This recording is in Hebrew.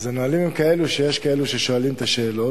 אז הנהלים הם כאלה שיש כאלה ששואלים את השאלות,